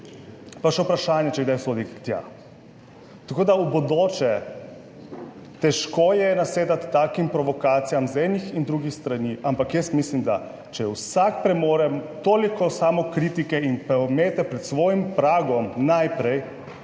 pa še vprašanje, ali sodi tja. Tako da v bodoče ... težko je nasedati takim provokacijam z ene in druge strani, ampak jaz mislim, da če vsak premore toliko samokritike in pometa pred svojim pragom najprej,